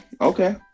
okay